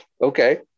okay